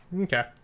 okay